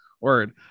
Word